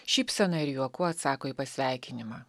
šypsena ir juoku atsako į pasveikinimą